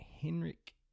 Henrik